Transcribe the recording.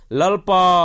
lalpa